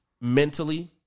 mentally